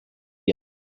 yet